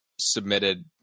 submitted